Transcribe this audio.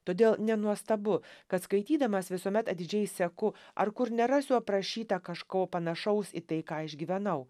todėl nenuostabu kad skaitydamas visuomet atidžiai seku ar kur nerasiu aprašyta kažko panašaus į tai ką išgyvenau